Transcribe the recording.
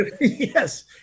Yes